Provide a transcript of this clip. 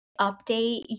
update